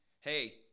Hey